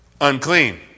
unclean